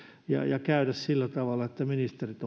ja ja käydä sillä tavalla että ministerit